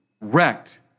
wrecked